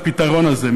לפתרון הזה,